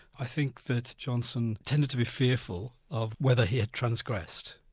i think that johnson tended to be fearful of whether he had transgressed,